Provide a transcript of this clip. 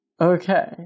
Okay